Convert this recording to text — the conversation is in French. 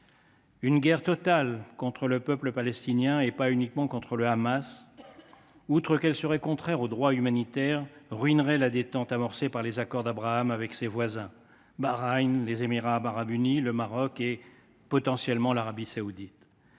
Une guerre totale contre le peuple palestinien et non pas uniquement contre le Hamas, outre qu’elle serait contraire au droit humanitaire, ruinerait la détente amorcée par Israël depuis les accords d’Abraham avec ses voisins – Bahreïn, les Émirats arabes unis, le Maroc et, potentiellement, l’Arabie saoudite.